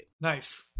nice